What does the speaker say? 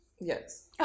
yes